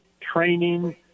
training